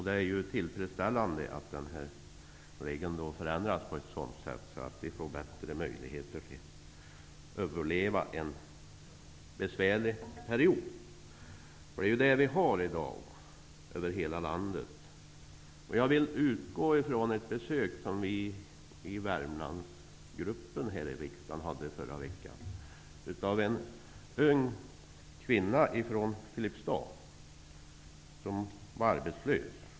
Det är tillfredsställande att den regeln förändras på ett sådant sätt att vi får bättre möjligheter att överleva en besvärlig period. Det är det vi har i dag över hela landet. Jag vill utgå från ett besök som Värmlandsgruppen här i riksdagen fick förra veckan av en ung kvinna från Filipstad. Hon var arbetslös.